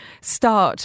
start